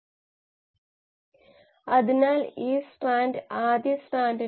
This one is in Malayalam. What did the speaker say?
മെറ്റബോളിക് ഫ്ലക്സ് വിശകലനത്തിലൂടെയും തുടർന്നുള്ള ജനിതകമാറ്റങ്ങളിലൂടെയും 15 ശതമാനം 50 ശതമാനമായി